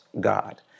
God